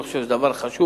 אני חושב שזה דבר חשוב.